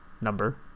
number